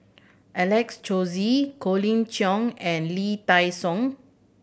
Alex Josey Colin Cheong and Lee Dai Soh